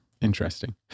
Interesting